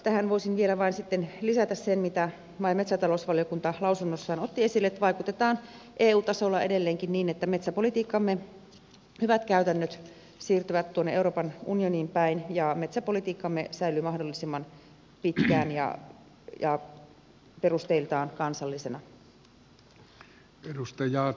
tähän voisin vielä vain sitten lisätä sen mitä maa ja metsätalousvaliokunta lausunnossaan otti esille että vaikutetaan eu tasolla edelleenkin niin että metsäpolitiikkamme hyvät käytännöt siirtyvät euroopan unioniin päin ja metsäpolitiikkamme säilyy mahdollisimman pitkään ja perusteiltaan kansallisena